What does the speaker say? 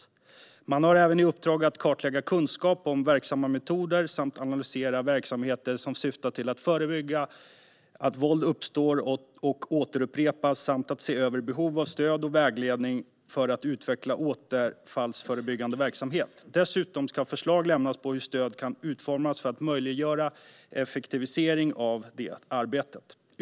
Utredningen har även i uppdrag att kartlägga kunskap om verksamma metoder samt analysera verksamheter som syftar till att förebygga att våld uppstår och återupprepas samt att se över behov av stöd och vägledning för att utveckla återfallsförebyggande verksamhet. Dessutom ska förslag lämnas på hur stöd kan utformas för att möjliggöra effektivisering av detta arbete.